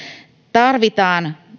tarvitaan